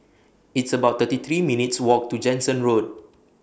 It's about thirty three minutes' Walk to Jansen Road